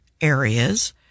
areas